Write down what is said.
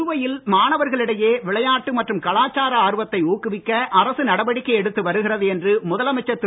புதுவையில் மாணவர்களிடையே விளையாட்டு மற்றும் கலாச்சார ஆர்வத்தை ஊக்குவிக்க அரசு நடவடிக்கை எடுத்து வருகிறது என்று முதலமைச்சர் திரு